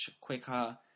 quicker